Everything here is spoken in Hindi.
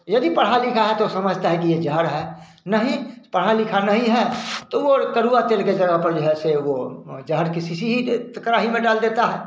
यदि पढ़ा लिखा है तो समझता है कि यह ज़हर है नहीं पढ़ा लिखा नहीं है तो वो कड़वा तेल के तरह प है से वो ज़हर की शीशी केत कड़ाही में डाल देता है